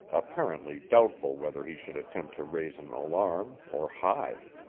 apparently doubtful whether he should attempt to raise an alarm or hide.